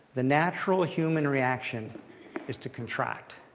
the natural human reaction is to contract,